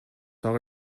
так